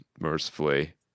mercifully